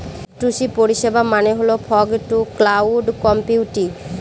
F two C পরিষেবা মানে হল ফগ টু ক্লাউড কম্পিউটিং